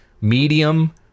medium